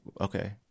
Okay